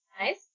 Nice